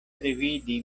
revidi